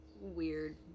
weird